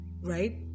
right